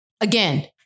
Again